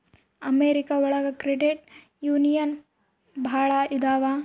America ಒಳಗ credit union ಭಾಳ ಇದಾವ